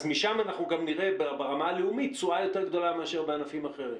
אז משם אנחנו גם נראה ברמה הלאומית תשואה יותר גדולה מאשר בענפים אחרים.